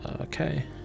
okay